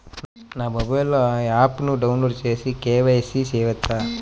నా మొబైల్లో ఆప్ను డౌన్లోడ్ చేసి కే.వై.సి చేయచ్చా?